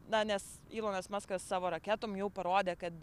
na nes ilonas maskas savo raketom jau parodė kad